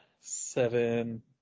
seven